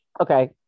Okay